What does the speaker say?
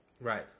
Right